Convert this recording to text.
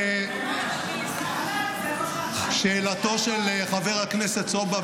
באשר לשאלתו של חבר הכנסת סובה,